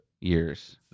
years